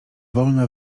wolna